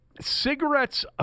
Cigarettes